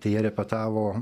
tai jie repetavo